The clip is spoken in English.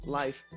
life